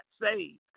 saved